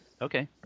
Okay